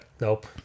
nope